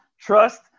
trust